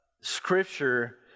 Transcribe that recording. Scripture